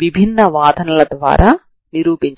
దీనిని energy argument ద్వారా ఇక్కడ కూడా నిరూపిస్తాము